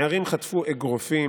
נערים חטפו אגרופים.